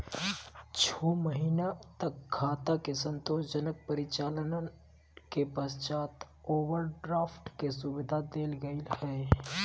छो महीना तक खाता के संतोषजनक परिचालन के पश्चात ओवरड्राफ्ट के सुविधा देल गेलय हइ